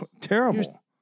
terrible